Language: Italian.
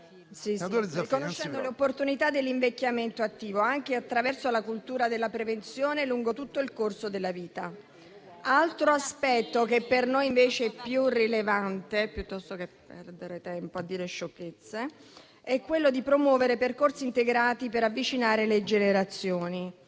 ...riconoscendo l'opportunità dell'invecchiamento attivo anche attraverso la cultura della prevenzione lungo tutto il corso della vita. Altro aspetto che per noi invece è più rilevante (piuttosto che perdere tempo a dire sciocchezze) è quello di promuovere percorsi integrati per avvicinare le generazioni,